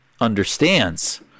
understands